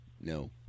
no